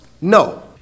No